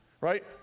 right